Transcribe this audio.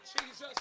Jesus